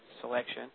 selection